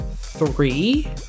three